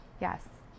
Yes